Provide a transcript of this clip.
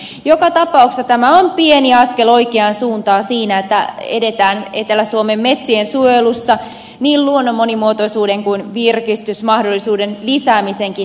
joka tapauksessa tämä on pieni askel oikeaan suuntaan siinä että edetään etelä suomen metsien suojelussa niin luonnon monimuotoisuuden kuin virkistysmahdollisuuden lisäämisenkin osalta